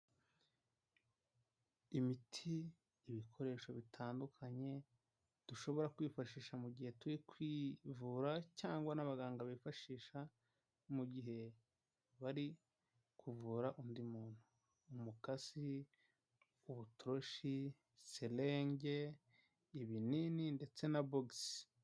Imiti, ibikoresho bitandukanye dushobora kwifashisha mu gihe turi kwivura cyangwa n'abaganga bifashisha mu gihe bari kuvura undi muntu, umukasi, ubutoroshi, serenge, ibinini ndetse na bogisi.